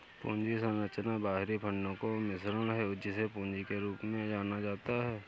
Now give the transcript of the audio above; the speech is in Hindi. पूंजी संरचना बाहरी फंडों का मिश्रण है, जिसे पूंजी के रूप में जाना जाता है